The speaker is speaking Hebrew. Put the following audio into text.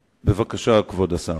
בבקשה, כבוד השר.